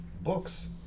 books